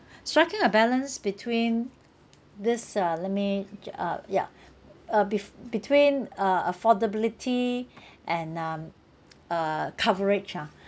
striking a balance between this uh let me ju~ uh yeah uh be~ between uh affordability and um uh coverage ah